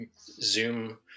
Zoom